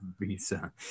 Visa